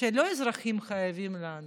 שלא האזרחים חייבים לנו